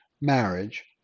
marriage